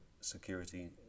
security